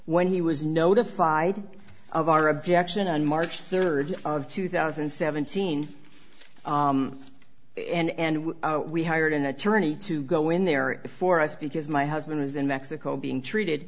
when he was notified of our objection on march third of two thousand and seventeen and we hired an attorney to go in there before us because my husband was in mexico being treated